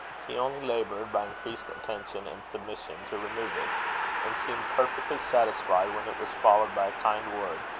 he only laboured, by increased attention and submission, to remove it and seemed perfectly satisfied when it was followed by a kind word,